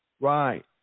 Right